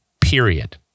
period